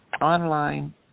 online